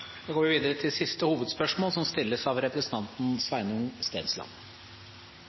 Da går vi videre til neste hovedspørsmål. Det er noko som